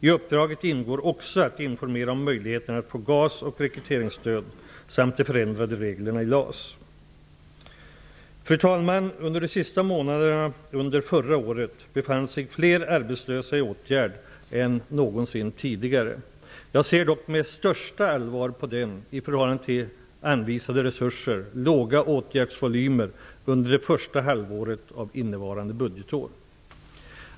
I uppdraget ingår också att informera om möjligheterna att få GAS och rekryteringsstöd samt de förändrade reglerna i LAS. Fru talman! Under de sista månaderna under förra året befann sig fler arbetslösa i åtgärd än någonsin tidigare. Jag ser dock med största allvar på den, i förhållande till anvisade resurser, låga åtgärdsvolymen under första halvåret av innevarande budgetår.